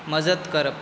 मजत करप